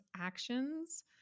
actions